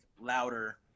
louder